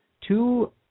two